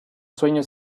sueño